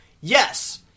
Yes